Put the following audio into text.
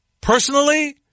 personally